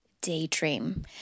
daydream